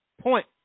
point